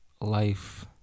life